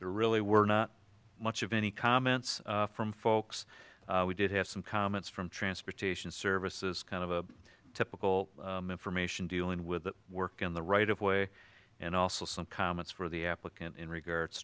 there really were not much of any comments from folks we did have some comments from transportation services kind of a typical information dealing with work on the right of way and also some comments for the applicant in regards